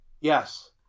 Yes